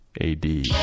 ad